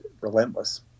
relentless